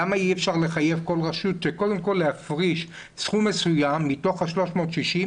למה אי אפשר לחייב כל רשות קודם כל סכום מסוים מתוך ה-360,